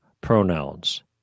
pronouns